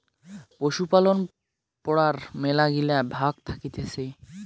পশুপালন পড়ার মেলাগিলা ভাগ্ থাকতিছে